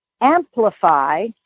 amplify